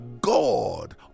god